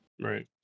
Right